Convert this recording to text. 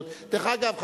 דרך אגב,